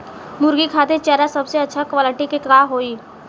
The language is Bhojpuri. मुर्गी खातिर चारा सबसे अच्छा क्वालिटी के का होई?